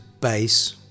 bass